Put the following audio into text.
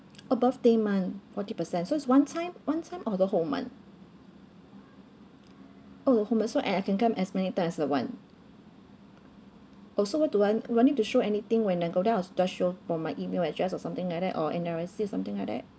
oh birthday month forty percent so it's one time one time or the whole month oh the whole month so I I can come as many times as I want also what do I do I need to show anything when I go down or just show for my email address or something like that or N_R_I_C something like that